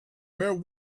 where